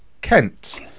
kent